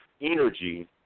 energy